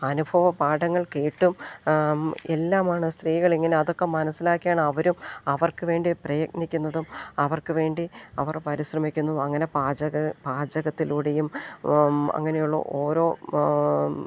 അനുഭവ പാഠങ്ങൾ കേട്ടും എല്ലാമാണ് സ്ത്രീകളിങ്ങനെ അതൊക്കെ മനസ്സിലാക്കിയാണ് അവരും അവർക്ക് വേണ്ടി പ്രയത്നിക്കുന്നതും അവർക്കു വേണ്ടി അവർ പരിശ്രമിക്കുന്നതും അങ്ങനെ പാചക പാചകത്തിലൂടെയും അങ്ങനെയുള്ള ഓരോ